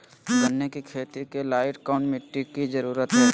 गन्ने की खेती के लाइट कौन मिट्टी की जरूरत है?